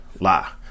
Lie